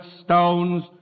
stones